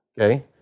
Okay